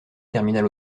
terminal